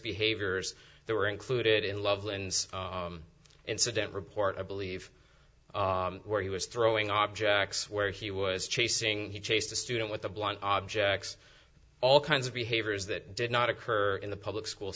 behaviors that were included in loveland's incident report i believe where he was throwing objects where he was chasing he chased a student with a blunt objects all kinds of behaviors that did not occur in the public school